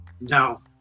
No